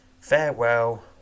farewell